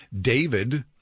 David